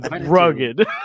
Rugged